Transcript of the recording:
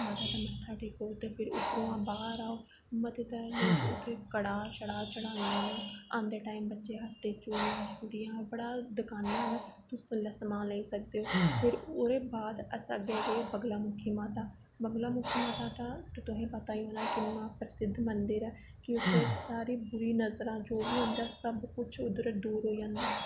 माता दे मत्था टेको ते फिर उद्धरों बाह्र आओ मते सारे लोग उत्थें कड़ाह् शड़ाह् चढ़ांदे न आंदे टाइम बच्चे आस्तै चूड़ियां शूड़ियां बड़ा दकाना न तुस समान लेई सकदे ओ फिर ओह्दे बाद अस अग्गें गे बगलामुखी माता बगलामुखी माता दा तुसेंगी पता गै होना किन्ना प्रसिद्ध मन्दर ऐ कि उत्थें सारी बुरी नजरां चों जो बी होंदा ऐ सब कुछ उद्धर दूर होई जंदा